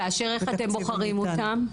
כאשר איך אתם בוחרים אותם?